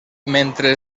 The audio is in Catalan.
mentre